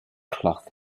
cloth